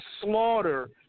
slaughter